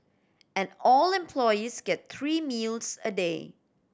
and all employees get three meals a day